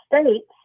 states